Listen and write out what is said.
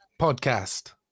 podcast